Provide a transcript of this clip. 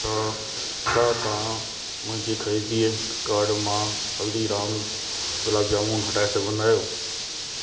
छा छा तव्हां मुंहिंजे ख़रीदीअ कार्ट मां हल्दीराम गुलाब जामुन हटाए सघंदा आहियो